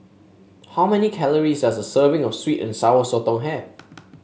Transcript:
how many calories does a serving of sweet and Sour Sotong have